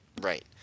Right